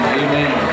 amen